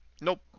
Nope